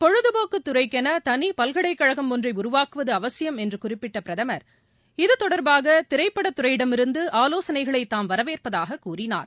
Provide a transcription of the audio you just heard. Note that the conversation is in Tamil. பொழுதுபோக்குத் துறைக்கென தனிப்பல்கலைக்கழகம் ஒன்றை உருவாக்குவது அவசியம் என்று குறிப்பிட்ட பிரதமர் இதுதொடர்பாக திரைப்படத்துறையினரிடமிருந்து ஆலோசனைகளைத் தாம் வரவேற்பதாகக் கூறினார்